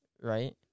Right